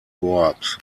corps